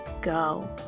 go